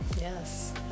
yes